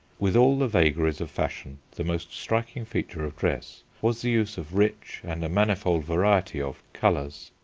with all the vagaries of fashion the most striking feature of dress was the use of rich and a manifold variety of colours.